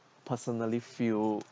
personally feel